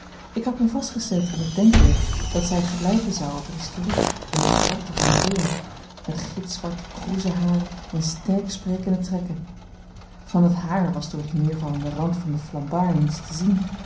ik had mij vastgezet in het denkbeeld dat zij gelijken zou op ristori in het karakter van medea met gitzwarte kroeze haren en sterksprekende trekken van het haar was door den neervallenden rand van den flambard niets te zien